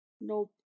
Nope